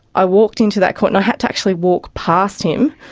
i walked into that court and i had to actually walk past him.